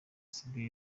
studio